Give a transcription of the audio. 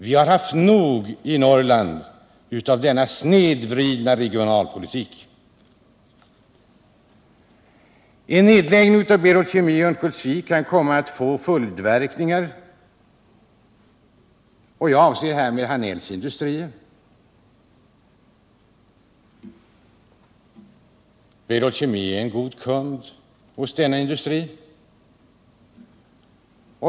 Vi har i Norrland haft nog av denna snedvridna regionalpolitik. En nedläggning av Berol Kemi i Örnköldsvik kan komma att få följdverkningar. Jag avser härmed AB Hannells Industrier. Berol Kemi är en god kund hos denna industri.